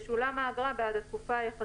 אחרי פסקה (2) יבוא: "(3) הועדו והוקצו